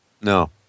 No